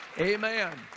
Amen